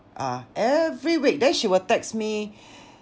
ah every week then she will text me